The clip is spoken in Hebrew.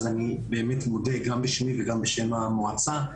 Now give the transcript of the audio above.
אני באמת מודה גם בשמי וגם בשם המועצה.